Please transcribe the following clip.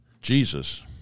Jesus